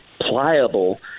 pliable